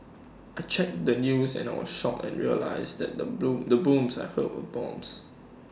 I checked the news and I was shocked and realised that the bloom the booms I heard were bombs